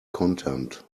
contempt